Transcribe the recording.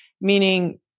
meaning